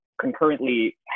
concurrently